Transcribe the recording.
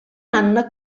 anna